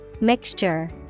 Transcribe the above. mixture